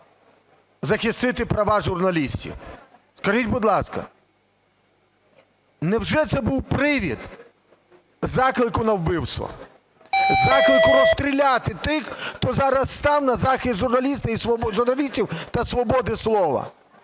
захистити права журналістів. Скажіть, будь ласка, невже це був привід заклику на вбивство, заклику розстріляти тих, хто зараз став на захист журналістів та свободи слова?